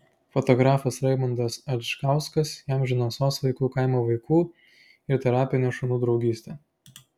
fotografas raimundas adžgauskas įamžino sos vaikų kaimo vaikų ir terapinių šunų draugystę